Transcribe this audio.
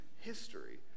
history